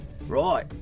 Right